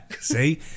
see